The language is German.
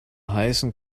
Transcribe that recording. heißen